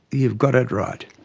you've got it right.